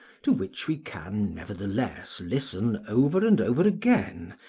to which we can, nevertheless, listen over and over again,